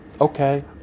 Okay